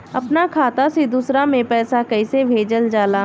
अपना खाता से दूसरा में पैसा कईसे भेजल जाला?